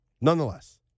Nonetheless